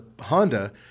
honda